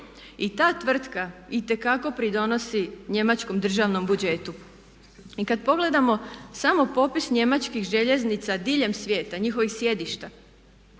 I ta tvrtka itekako pridonosi njemačkom državnom budžetu. I kad pogledamo samo popis njemačkih željeznica diljem svijeta, njihovih sjedišta